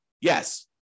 Yes